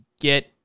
get